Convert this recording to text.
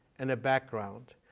and a background.